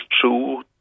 true